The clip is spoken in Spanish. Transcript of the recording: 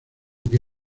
que